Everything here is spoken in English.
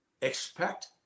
expect